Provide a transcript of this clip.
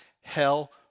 hell